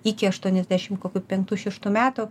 iki aštuoniasdešim kokių penktų šeštų metų